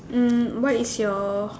um what is your